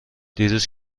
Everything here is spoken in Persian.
دیروز